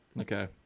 Okay